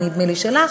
ונדמה לי שלך,